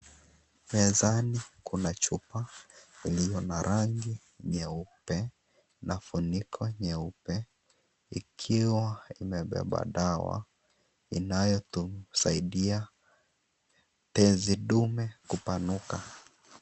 Mezani kuna chupa zilizo na rangi nyeupe na funiko nyeupe, ikiwa imebeba dawa inayosaidia tezi dume kupanuka.